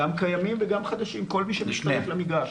גם קיימים וגם חדשים, כל מי שמצטרף למגרש.